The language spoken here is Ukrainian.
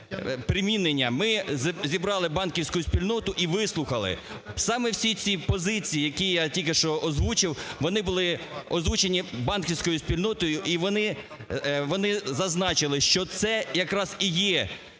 Ми зібрали банківську спільноту і вислухали. Саме всі ці позиції, які я тільки що озвучив, вони були озвучені банківською спільнотою і вони зазначили, що це якраз і є